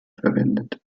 verwendet